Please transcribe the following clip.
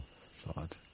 thought